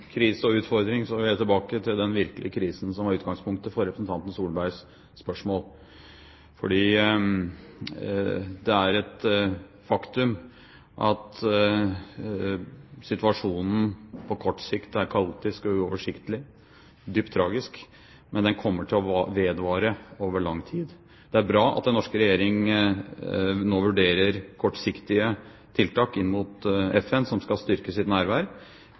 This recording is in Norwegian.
krise og utfordring, vil jeg tilbake til den virkelige krisen som var utgangspunktet for representanten Solbergs spørsmål. Det er et faktum at situasjonen på kort sikt er kaotisk, uoversiktlig og dypt tragisk. Men den kommer til å vedvare over lang tid. Det er bra at den norske regjering nå vurderer kortsiktige tiltak inn mot FN, som skal styrke sitt nærvær